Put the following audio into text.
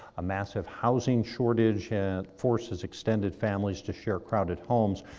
a massive housing shortage and forces extended families to share crowded homes.